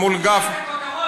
אני צריך את הכותרות?